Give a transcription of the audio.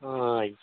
ହଁ